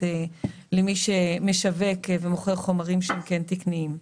כלפי מי שמשווק ומוכר חומרים שהם כן תקניים.